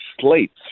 slates